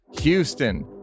Houston